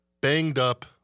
banged-up